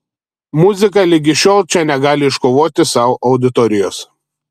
muzika ligi šiol čia negali iškovoti sau auditorijos